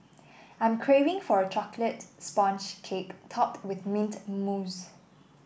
I'm craving for a chocolate sponge cake topped with mint mousse